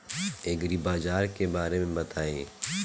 एग्रीबाजार के बारे में बताई?